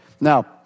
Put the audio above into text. Now